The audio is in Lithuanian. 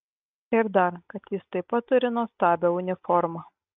ir dar kad jis taip pat turi nuostabią uniformą